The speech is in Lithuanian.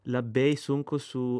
labai sunku su